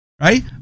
right